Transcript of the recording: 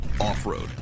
Off-road